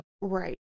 Right